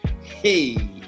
Hey